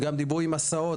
גם דיברו עם הסעות,